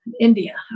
India